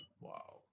Wow